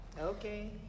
Okay